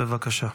בבקשה.